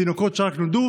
תינוקות שרק נולדו,